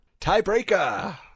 tiebreaker